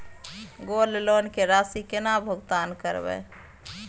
Gold loan के राशि केना भुगतान करबै?